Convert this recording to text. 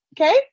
okay